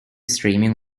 streaming